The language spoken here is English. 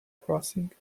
crossing